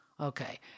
Okay